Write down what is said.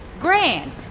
Grand